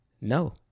no